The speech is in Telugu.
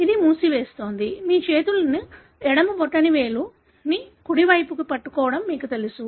ఇది మూసివేస్తోంది మీ చేతులను ఎడమ బొటనవేలిని కుడి వైపుకు పట్టుకోవడం మీకు తెలుసు